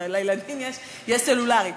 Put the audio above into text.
לילדים יש סלולרי.